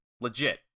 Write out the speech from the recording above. Legit